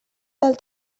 tal